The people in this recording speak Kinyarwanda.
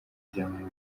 ibyangombwa